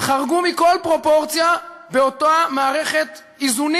חרגו מכל פרופורציה באותה מערכת איזונים